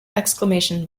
exclamation